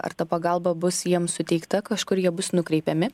ar ta pagalba bus jiem suteikta kažkur jie bus nukreipiami